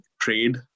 trade